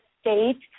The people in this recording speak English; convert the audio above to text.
state